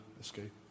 Escape